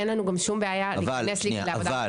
אין לנו גם שום בעיה להיכנס להגדרה מקצועית.